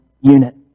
unit